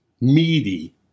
meaty